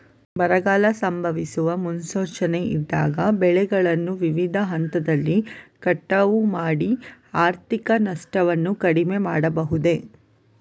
ಬರಗಾಲ ಸಂಭವಿಸುವ ಮುನ್ಸೂಚನೆ ಇದ್ದಾಗ ಬೆಳೆಗಳನ್ನು ವಿವಿಧ ಹಂತದಲ್ಲಿ ಕಟಾವು ಮಾಡಿ ಆರ್ಥಿಕ ನಷ್ಟವನ್ನು ಕಡಿಮೆ ಮಾಡಬಹುದೇ?